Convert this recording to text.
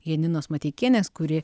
janinos mateikienės kuri